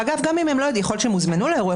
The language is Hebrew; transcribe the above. ואגב יכול להיות שהם הוזמנו לאירוע,